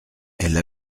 elle